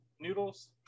noodles